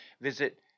visit